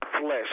flesh